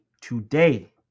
today